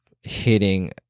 hitting